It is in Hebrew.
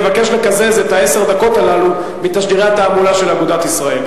אבקש לקזז את עשר הדקות הללו מתשדירי התעמולה של אגודת ישראל.